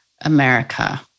America